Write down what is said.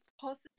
positive